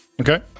Okay